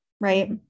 right